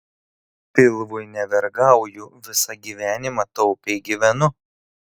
pilvui nevergauju visą gyvenimą taupiai gyvenu